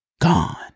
Gone